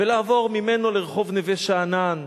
ולעבור ממנו לרחוב נווה-שאנן,